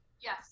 Yes